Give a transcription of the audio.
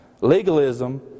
Legalism